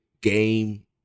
Game